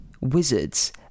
wizards